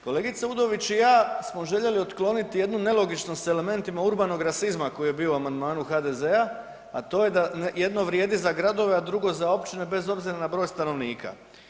Kolegica Udović i ja smo željeli otkloniti jednu nelogičnost sa elementima urbanog rasizma koji je bio u amandmanu HDZ-a, a to je da jedno vrijedi za gradove, a drugo za općine bez obzira na broj stanovnika.